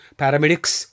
paramedics